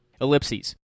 Ellipses